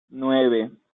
nueve